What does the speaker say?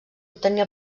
obtenir